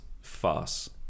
farce